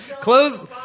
Close